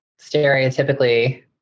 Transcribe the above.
stereotypically